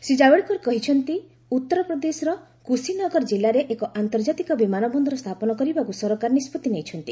ଶ୍ରୀ ଜାବଡେକର କହିଛନ୍ତି ଉତ୍ତର ପ୍ରଦେଶର କୁଶିନଗର ଜିଲ୍ଲାରେ ଏକ ଆନ୍ତର୍ଜାତିକ ବିମାନ ବନ୍ଦର ସ୍ଥାପନ କରିବାକୁ ସରକାର ନିଷ୍କଭି ନେଇଛନ୍ତି